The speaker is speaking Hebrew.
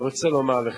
אני רוצה לומר לך,